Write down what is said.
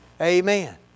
Amen